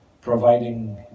providing